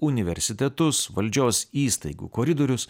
universitetus valdžios įstaigų koridorius